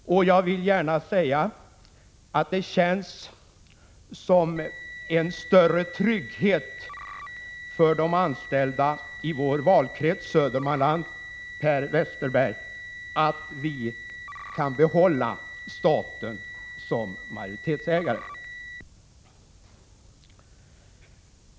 De anställda i min valkrets Södermanland kommer, Per Westerberg, att känna en större trygghet om vi kan behålla staten som majoritetsägare.